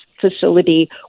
facility